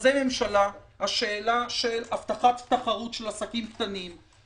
במכרזי ממשלה השאלה של הבטחת תחרות של עסקים קטנים,